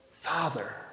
Father